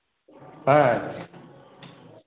हाँ